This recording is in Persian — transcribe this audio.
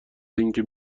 اینکه